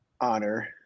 honor